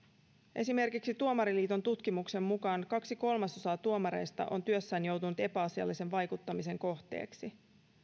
esimerkiksi tuomariliiton tutkimuksen mukaan kaksi kolmasosaa tuomareista on työssään joutunut epäasiallisen vaikuttamisen kohteeksi